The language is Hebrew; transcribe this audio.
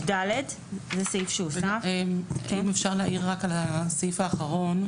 אם אפשר להעיר רק על הסעיף האחרון.